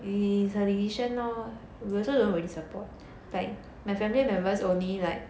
easily you know we also don't really support back my family members only like